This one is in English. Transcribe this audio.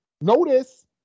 notice